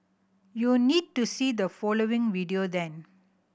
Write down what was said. you need to see the following video then